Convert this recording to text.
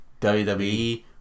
WWE